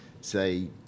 say